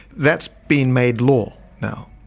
that's been made law now.